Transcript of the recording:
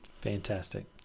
Fantastic